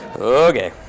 Okay